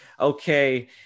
okay